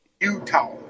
Utah